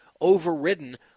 overridden